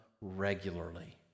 regularly